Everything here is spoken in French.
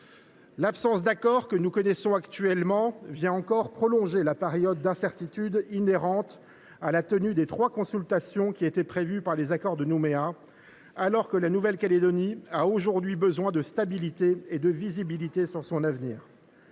L’absence d’accord que nous connaissons actuellement vient encore prolonger la période d’incertitude inhérente à la tenue des trois consultations qui étaient prévues par l’accord de Nouméa, alors que la Nouvelle Calédonie a aujourd’hui besoin de stabilité et de visibilité sur son avenir.